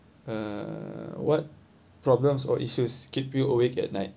uh what problems or issues keep you awake at night